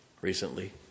recently